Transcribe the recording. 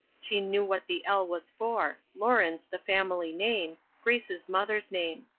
she knew what the l was for lawrence, the family name grace's mother's name.